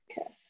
okay